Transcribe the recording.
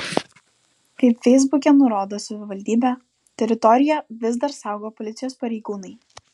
kaip feisbuke nurodo savivaldybė teritoriją vis dar saugo policijos pareigūnai